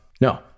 No